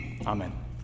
Amen